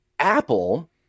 Apple